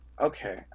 okay